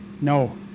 No